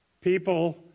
People